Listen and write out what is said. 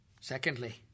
Secondly